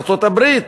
ארצות-הברית.